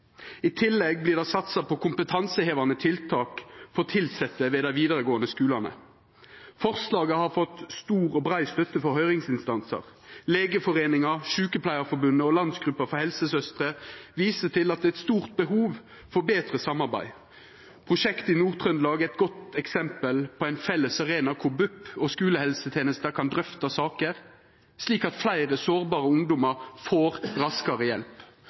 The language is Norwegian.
I tillegg vert det satsa på kompetansehevande tiltak for tilsette ved dei vidaregåande skulane. Forslaget har fått stor og brei støtte frå høyringsinstansar. Legeforeningen, Sykepleierforbundet og Landsgruppen av helsesøstre viser til at det er eit stort behov for betre samarbeid. Prosjektet i Nord-Trøndelag er eit godt eksempel på ein felles arena der BUP og skulehelsetenesta kan drøfta saker, slik at fleire sårbare ungdomar får raskare hjelp.